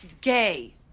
gay